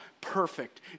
perfect